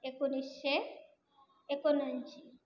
एकोणीसशे एकोणऐंशी